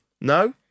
No